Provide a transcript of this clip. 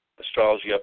astrology